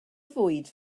fwyd